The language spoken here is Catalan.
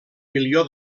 milió